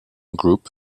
group